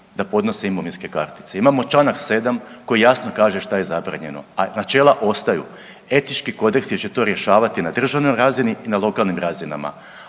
da podnose imovinske kartice. Imamo članak 7. koji jasno kaže što je zabranjeno, a načela ostaju. Etički kodeks će to rješavati na državnoj razini i na lokalnim razinama,